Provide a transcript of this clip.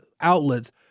outlets